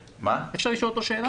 אפשר לשאול אותו שאלה?